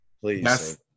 please